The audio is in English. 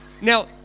Now